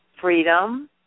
freedom